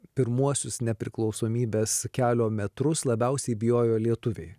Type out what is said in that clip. pirmuosius nepriklausomybės kelio metrus labiausiai bijojo lietuviai